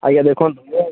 ଆଜ୍ଞା ଦେଖନ୍ତୁ